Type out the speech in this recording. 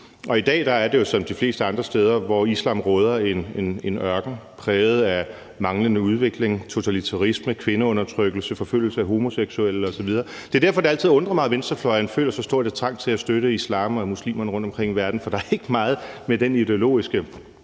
I dag er det jo som de fleste andre steder, hvor islam råder: en ørken præget af manglende udvikling, totalitarisme, kvindeundertrykkelse, forfølgelse af homoseksuelle osv. Det er derfor, at det altid undrer mig, at venstrefløjen føler så stor en trang til at støtte islam og muslimerne rundtomkring i verden, for der er ikke meget ved den ideologiske